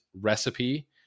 recipe